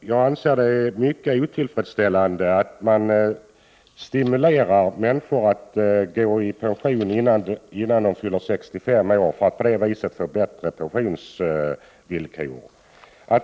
Jag anser det vara mycket otillfredsställande att man stimulerar människor att gå i pension innan de fyller 65 år för att de skall få bättre pensionsvillkor.